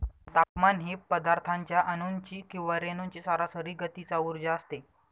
तापमान ही पदार्थाच्या अणूंची किंवा रेणूंची सरासरी गतीचा उर्जा असते